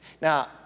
Now